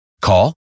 Call